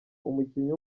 umukinnyi